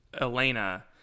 elena